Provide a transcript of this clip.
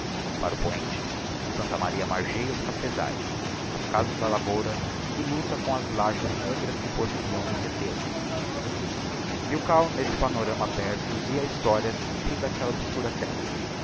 para o poente o santa maria margea os cafesaes as casas de lavoura e lucta com as lages negras que porfiam em retel o milkau n'esse panorama aberto lia a historia simples d'aquella obscura terra